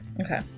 Okay